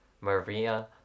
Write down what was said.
Maria